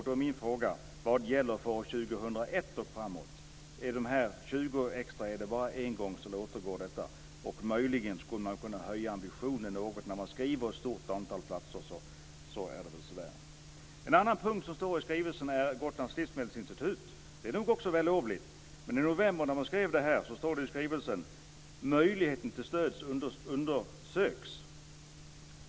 Då är min fråga: Vad gäller för år 2001 och framöver? Är de 20 extra platserna bara en engångsföreteelse? Möjligen skulle man kunna höja ambitionen något. Man uttrycker det ju som ett stort antal platser. En annan punkt som tas upp i skrivelsen är Gotlands livmedelsinstitut. Det är vällovligt, men i november skrev man i skrivelsen: "Möjligheten till stöd undersöks."